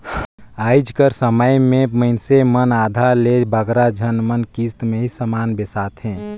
आएज कर समे में मइनसे मन आधा ले बगरा झन मन किस्त में ही समान बेसाथें